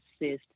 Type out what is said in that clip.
assist